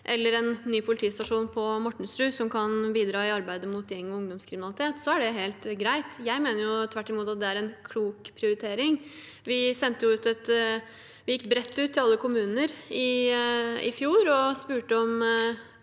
eller en ny politistasjon på Mortensrud som kan bidra i arbeidet mot gjeng- og ungdomskriminalitet, er det helt greit. Jeg mener tvert imot at det er en klok prioritering. Vi gikk bredt ut til alle kommuner i fjor og spurte om